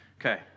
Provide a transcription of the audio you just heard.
Okay